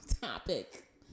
topic